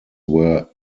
were